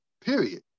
period